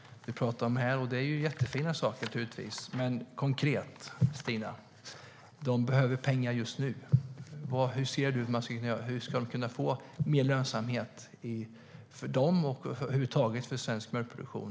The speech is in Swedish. Det är jättefina saker. Men bönderna behöver pengar just nu. Vad ska vi göra konkret, för att det ska bli mer lönsamt för dem och över huvud taget för svensk mjölkproduktion?